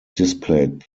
displayed